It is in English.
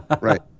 right